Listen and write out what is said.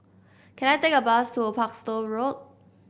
can I take a bus to Parkstone Road